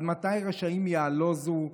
עד מתי רשעים יעלוזו,